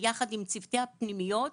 ביחד עם צוותי הפנימיות,